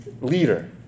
leader